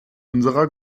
unserer